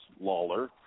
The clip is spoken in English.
Lawler